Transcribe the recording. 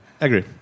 agree